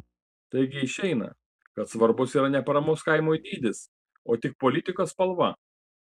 taigi išeina kad svarbus yra ne paramos kaimui dydis o tik politikos spalva